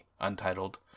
untitled